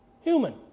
human